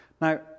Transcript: now